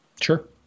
sure